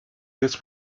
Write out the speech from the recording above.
this